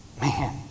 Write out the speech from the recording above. Man